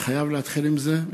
אני חייב להתחיל עם זה,